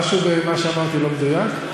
משהו במה שאמרתי לא מדויק?